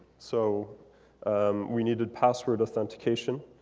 so we needed password authentication.